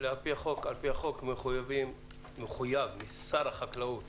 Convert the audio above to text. על פי החוק מחויב שר החקלאות